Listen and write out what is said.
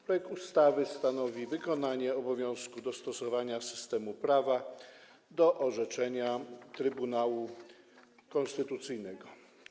Projekt ustawy stanowi wykonanie obowiązku dostosowania systemu prawa do orzeczenia Trybunału Konstytucyjnego.